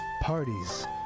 parties